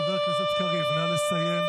חבר הכנסת קריב, נא לסיים.